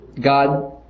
God